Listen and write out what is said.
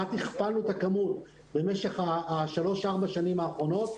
וזה אחרי שכמעט הכפלנו את הכמות במשך שלוש-ארבע השנים האחרונות.